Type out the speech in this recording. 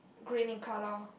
green in colour